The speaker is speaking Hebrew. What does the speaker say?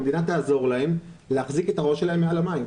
והמדינה תעזור להם להחזיק את הראש שלהם מעל המים.